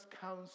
council